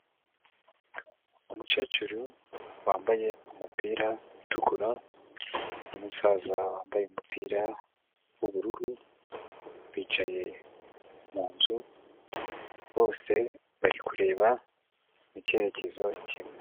Umukecuru wambaye umupira utukura, n'umusaza wambaye umupira w'ubururu, bicaye mu nzu, bose bari kureba mu cyerekezo kimwe.